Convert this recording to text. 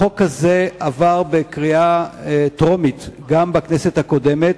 החוק הזה עבר בקריאה טרומית גם בכנסת הקודמת,